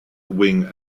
wing